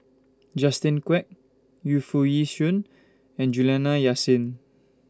Justin Quek Yu Foo Yee Shoon and Juliana Yasin